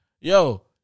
Yo